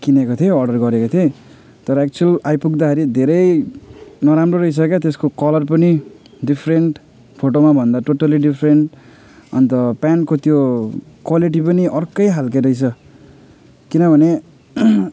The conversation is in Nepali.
किनेको थिएँ अर्डर गरेको थिएँ तर एक्चुल आइपुग्दाखेरि धेरै नराम्रो रहेछ क्या हो त्यसको कलर पनि डिफ्रेन्ट फोटोमा भन्दा टोटल्ली डिफ्रेन्ट अन्त प्यान्टको त्यो क्वालिटी पनि अर्कै खालके रहेछ किनभने